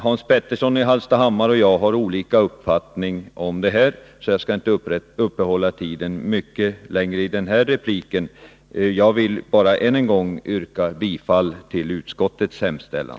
Hans Petersson i Hallstahammar och jag har olika uppfattning i denna fråga, så jag skall inte uppta kammarens tid mycket längre i denna replik. Jag vill bara än en gång yrka bifall till utskottets hemställan.